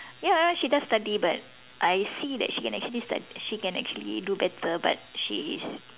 ya she does study but I see that she can actually stu~ she can actually do better but she is